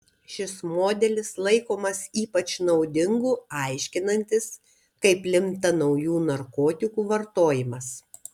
šis modelis laikomas ypač naudingu aiškinantis kaip plinta naujų narkotikų vartojimas